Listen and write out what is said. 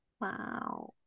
Wow